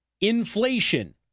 inflation